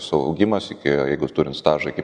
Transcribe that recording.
suaugimas iki jeigu turint stažą iki